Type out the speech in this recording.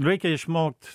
reikia išmokt